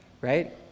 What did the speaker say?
right